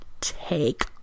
Take